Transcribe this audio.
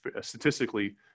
statistically